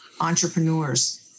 entrepreneurs